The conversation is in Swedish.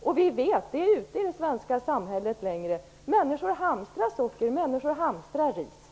Vet vet: det är ju ute i det svenska samhället, och människor hamstrar socker och ris.